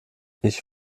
ich